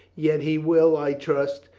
yet he will, i trust,